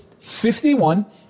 51